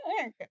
okay